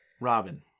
Robin